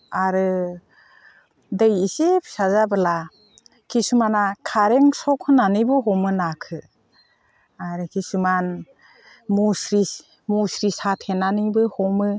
आरो दै इसे फिसा जाब्ला किसुमाना खारेन्ट सक होनानैबो हमो नाखौ आरो किसुमान मुस्रि साथेनानैबो हमो